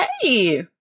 Hey